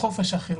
חופש החירות.